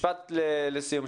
משפט שלך לסיום.